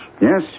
Yes